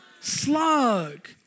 slug